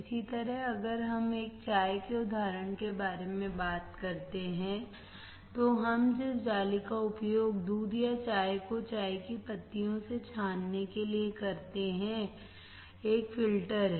इसी तरह अगर हम एक चाय के उदाहरण के बारे में बात करते हैं तो हम जिस जाली का उपयोग दूध या चाय को चाय की पत्तियों से छानने के लिए करते हैं एक फिल्टर है